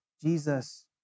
Jesus